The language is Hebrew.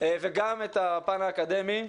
וגם את האקדמיה.